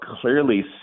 clearly